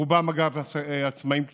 רובם, אגב, עצמאים קטנים,